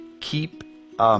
keep